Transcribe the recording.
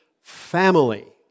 family